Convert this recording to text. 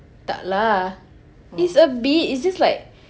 tak lah it's a bit it's just like